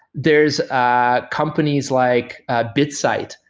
there's ah companies like ah bitsight,